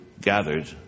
gathered